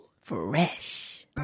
Fresh